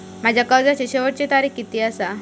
माझ्या कर्जाची शेवटची तारीख किती आसा?